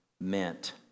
meant